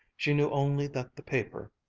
she knew only that the paper,